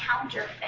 counterfeit